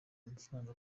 amafaranga